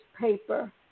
paper